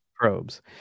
probes